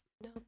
No